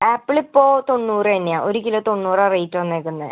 apple ഇപ്പോൾ തൊണ്ണൂറു തന്നെയാണ് ഒര് കിലോ തൊണ്ണൂറാണ് റേറ്റ് വന്നേക്കുന്നത്